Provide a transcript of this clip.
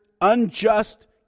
unjust